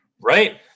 Right